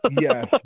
Yes